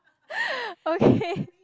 okay